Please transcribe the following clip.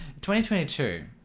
2022